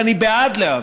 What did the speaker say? ואני בעד להעביר,